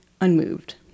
unmoved